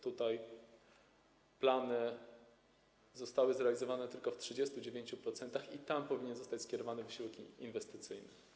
Tutaj plany zostały zrealizowane tylko w 39% i tu powinien zostać skierowany wysiłek inwestycyjny.